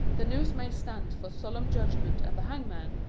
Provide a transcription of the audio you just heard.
the noose may stand for solemn judgment and the hangman,